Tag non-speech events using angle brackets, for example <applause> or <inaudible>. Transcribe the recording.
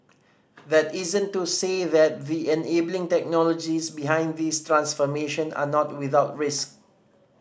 that isn't to say the <unintelligible> enabling technologies behind this transformation are not without risk